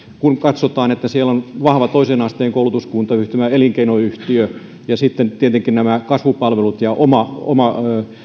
kun katsotaan että siellä on vahva toisen asteen koulutuskuntayhtymä elinkeinoyhtiö ja sitten tietenkin millä tavalla nämä kasvupalvelut ja oma oma